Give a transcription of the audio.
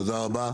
תודה רבה.